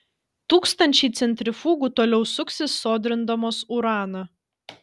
tūkstančiai centrifugų toliau suksis sodrindamos uraną